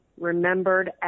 remembered